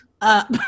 up